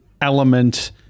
element